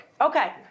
Okay